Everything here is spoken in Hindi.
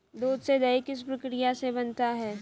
दूध से दही किस प्रक्रिया से बनता है?